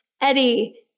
eddie